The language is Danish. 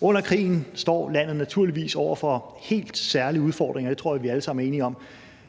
Under krigen står landet naturligvis over for helt særlige udfordringer. Det tror jeg vi alle sammen er enige om.